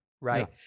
right